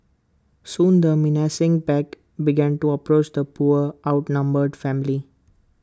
soon the menacing pack began to approach the poor outnumbered family